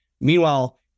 Meanwhile